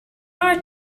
art